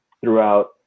throughout